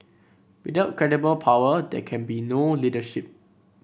without credible power there can be no leadership